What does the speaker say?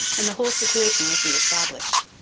and the whole situation was re-established.